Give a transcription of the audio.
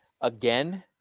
again